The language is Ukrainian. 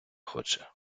хоче